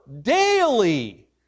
daily